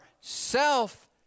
self